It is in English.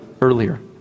earlier